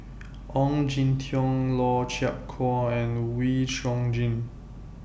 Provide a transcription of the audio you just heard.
Ong Jin Teong Lau Chiap Khai and Wee Chong Jin